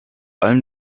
allem